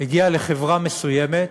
הגיע לחברה מסוימת.